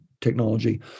technology